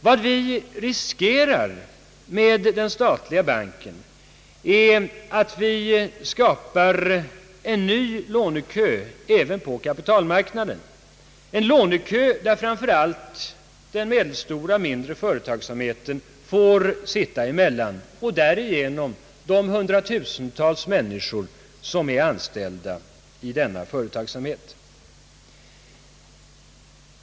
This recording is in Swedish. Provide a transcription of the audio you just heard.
Vad vi riskerar med den statliga banken är att skapa en ny lånekö även på kapitalmarknaden, varvid framför allt den medelstora och mindre företagsamheten får sitta emellan och därigenom också de hundatusentals människor som är anställda i denna företagsamhet.